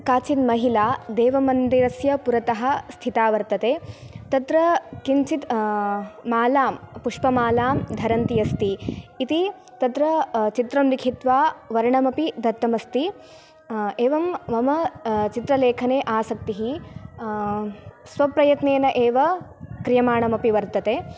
काचित् महिला देवमन्दिरस्य पुरतः स्थिता वर्तते तत्र किञ्चित् मालां पुष्पमालां धरन्ति अस्ति इति तत्र चित्रं लिखित्वा वर्णमपि दत्तमस्ति एवं मम चित्रलेखने आसक्तिः स्वप्रयत्नेन एव क्रियमाणमपि वर्तते